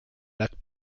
lac